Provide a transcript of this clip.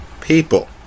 people